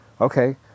Okay